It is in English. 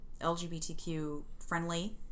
LGBTQ-friendly